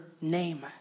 name